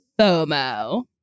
FOMO